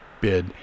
bid